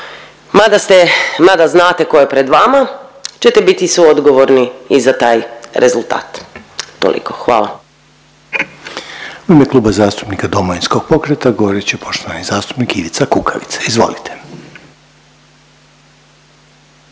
mada znate ko je pred vama ćete biti suodgovorni i za taj rezultat. Toliko. Hvala. **Reiner, Željko (HDZ)** U ime Kluba zastupnika Domovinskog pokreta govorit će poštovani zastupnik Ivica Kukavica. Izvolite.